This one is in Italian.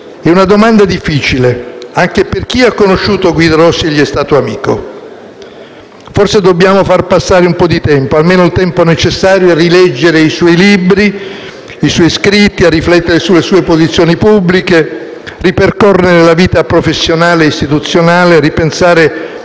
È una domanda difficile anche per chi ha conosciuto Guido Rossi e gli è stato amico. Forse dobbiamo far passare un po' di tempo, almeno quello necessario a rileggere i suoi libri, i suoi scritti, a riflettere sulle sue posizioni pubbliche, a ripercorrerne la vita professionale ed istituzionale, a ripensare